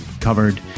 covered